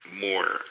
more